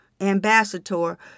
ambassador